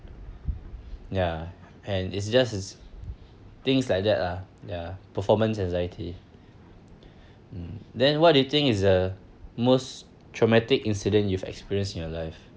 ya and it's just it's things like that ah ya performance anxiety um then what do you think is the most traumatic incident you've experienced in your life